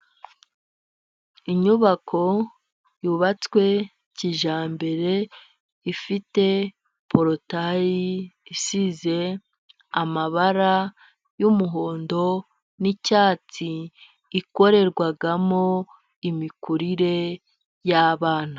Inyubako yubatswe kijyambere, ifite porutayi isize amabara y'umuhondo n'icyatsi, ikorerwamo imikurire y'abana.